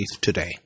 Today